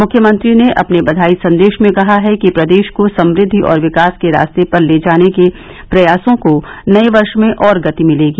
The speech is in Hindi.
मुख्यमंत्री ने अपने बघाई संदेश में कहा है कि प्रदेश को समृद्दि और विकास के रास्ते पर ले जाने के प्रयासों को नए वर्ष में और गति मिलेगी